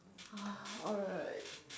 ah alright